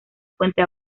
fuente